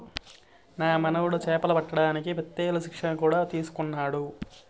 నా మనుమడు చేపలు పట్టడానికి పెత్తేల్ శిక్షణ కూడా తీసుకున్నాడు